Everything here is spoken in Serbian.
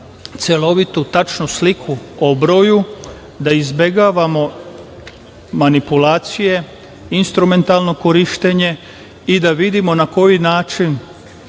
celovitu, tačnu sliku o broju, da izbegavamo manipulacije, instrumentalno korišćenje i da vidimo na koji način